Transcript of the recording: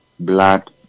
blood